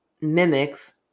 mimics